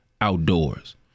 outdoors